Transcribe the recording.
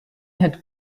had